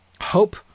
hope